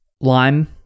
lime